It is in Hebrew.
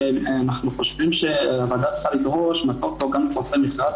חושבים שהוועדה צריכה לדרוש מהטוטו גם לפרסם מכרז,